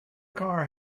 car